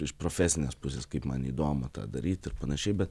iš profesinės pusės kaip man įdomu tą daryt ir panašiai bet